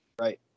Right